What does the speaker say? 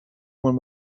when